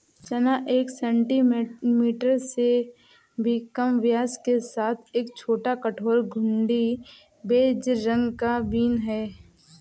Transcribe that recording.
चना एक सेंटीमीटर से भी कम व्यास के साथ एक छोटा, कठोर, घुंडी, बेज रंग का बीन है